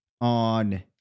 on